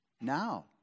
now